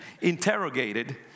interrogated